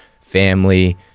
family